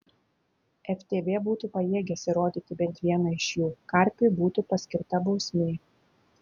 ftb būtų pajėgęs įrodyti bent vieną iš jų karpiui būtų paskirta bausmė